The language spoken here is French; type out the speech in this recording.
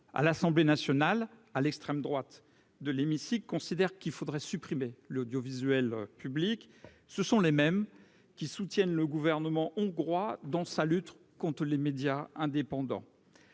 À l'Assemblée nationale, d'aucuns, placés à l'extrême droite de l'hémicycle, considèrent qu'il faudrait supprimer l'audiovisuel public. Ce sont les mêmes qui soutiennent le gouvernement hongrois dans sa lutte contre les médias indépendants